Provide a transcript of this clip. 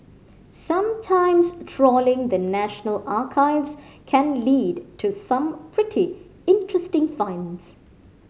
sometimes trawling the National Archives can lead to some pretty interesting finds